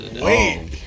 Wait